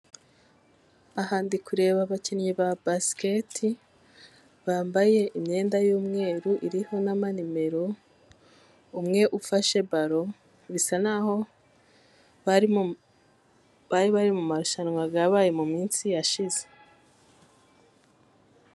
Aha ndi kureba abakinnyi ba basikete, bambaye imyenda y'umweru iriho n'ama nimero. Umwe ufashe baro, bisa n'aho bari bari mu marushanwa yabaye mu minsi yashize.